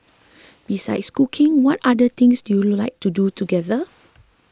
besides cooking what other things do you like to do together